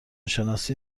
شناسی